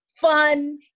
fun